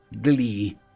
glee